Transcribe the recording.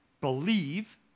Believe